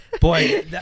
Boy